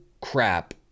crap